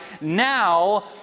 now